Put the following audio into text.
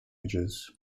ages